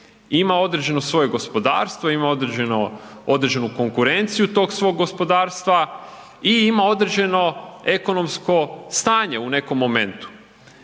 ima određeno svoje gospodarstvo, ima određenu konkurenciju tog svog gospodarstva i ima određeno ekonomsko stanje u nekom momentu.